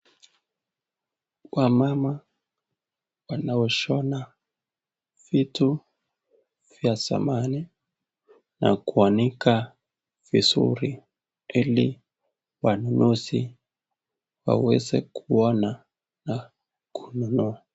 Kwa mama anayeshona vitu vya samani na kuanika vizuri ili wanunuzi waweze kuona na kununua.